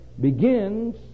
begins